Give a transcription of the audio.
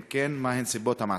2. אם כן, מה הן סיבות המעצר?